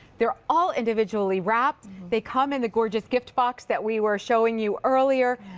they're all individually wrapped. they come in a gorgeous gift box that we were showing you earlier.